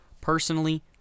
Personally